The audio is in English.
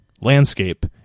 landscape